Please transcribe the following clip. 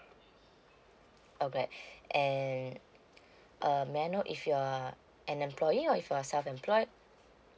alright and um may I know if you um an employee or if you're self employed